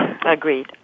Agreed